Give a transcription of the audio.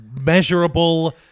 measurable